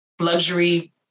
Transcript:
luxury